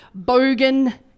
bogan